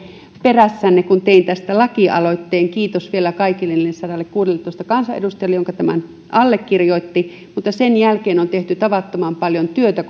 perässänne kun tein tästä lakialoitteen kiitos vielä kaikille niille sadallekuudelletoista kansanedustajalle jotka tämän allekirjoittivat mutta sen jälkeen on tehty tavattoman paljon työtä